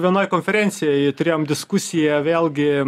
vienoj konferencijoj turėjom diskusiją vėlgi